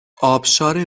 آبشار